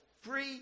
free